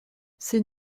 ces